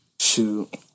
shoot